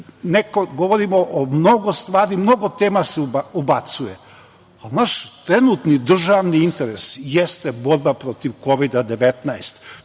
plan? Govorimo o mnogo stvari, mnogo tema se ubacuje. Ali, naš trenutni državni interes jeste borba protiv Kovida – 19.